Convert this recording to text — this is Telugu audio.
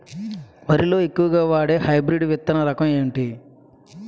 వరి లో ఎక్కువుగా వాడే హైబ్రిడ్ విత్తన రకం ఏంటి?